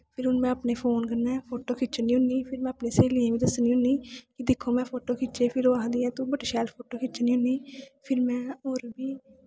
फिर हून में अपने फोन कन्नै फोटो खिच्चनी होन्नीं फिर में अपनियै स्हेलियें गी बी दस्सनी होन्नीं दिक्खो में फोटो खिच्चे फिर ओह् आखदियां तूं बड़े शैल फोटो खिच्चनी होन्नीं फिर में होर बी